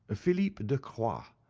ah philippe de croy, um